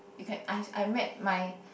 you can I I met my